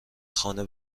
خانه